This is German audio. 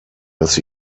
dass